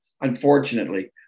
unfortunately